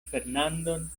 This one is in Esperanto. fernandon